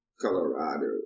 Colorado